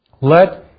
Let